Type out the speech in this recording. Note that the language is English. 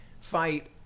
fight